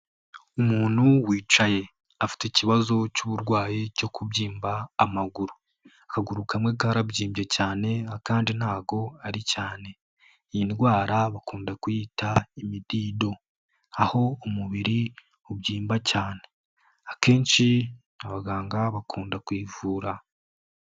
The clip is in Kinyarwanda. Umuntu wicaye, afite ikibazo cy'uburwayi cyo kubyimba amaguru. Akaguru kamwe karabyimbye cyane akandi ntago ari cyane. Iyi ndwara bakunda kuyita imidido, aho umubiri ubyimba cyane, akenshi abaganga bakunda kwivura.